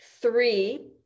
Three